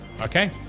Okay